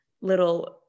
little